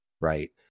right